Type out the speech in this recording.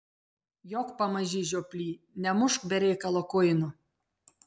jok pamaži žioply nemušk be reikalo kuino